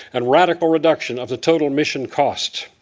and radical reduction of the total mission cost.